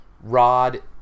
Rod